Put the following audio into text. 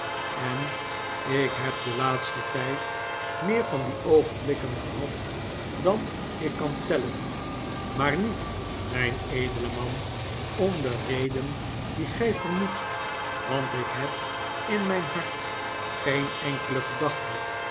en ik heb den laatsten tijd meer van die oogenblikken gehad dan ik kan tellen maar niet mijn edele man om de reden die gij vermoedt want ik heb in mijn hart geen enkele gedachte